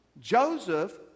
Joseph